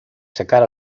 secar